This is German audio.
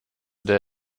der